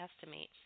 estimate